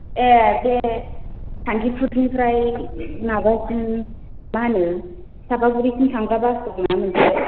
ए बे सान्टिपुरनिफ्राइ माबासिम मा होनो साफागुरिसिम थांग्रा बासखौ मोनो जे